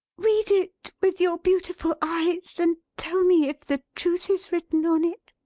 read it with your beautiful eyes, and tell me if the truth is written on it.